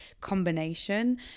combination